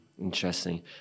Interesting